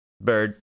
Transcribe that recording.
Bird